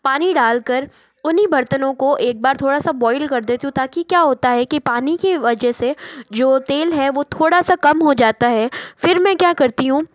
पानी डाल कर उन्हीं बर्तनों को एक बार थोड़ा सा बॉइल कर देती हूँ ताकि क्या होता है कि पानी की वजह से जो तेल है वह थोड़ा सा कम हो जाता है फिर मैं क्या करती हूँ